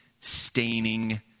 staining